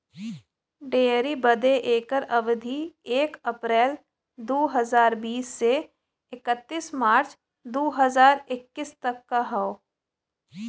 dairy बदे एकर अवधी एक अप्रैल दू हज़ार बीस से इकतीस मार्च दू हज़ार इक्कीस तक क हौ